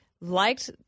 liked –